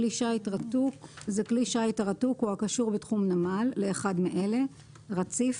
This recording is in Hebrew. "כלי שיט רתוק" כלי שיט הרתוק או הקשור בתחום נמל לאחד מאלה: רציף,